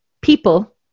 people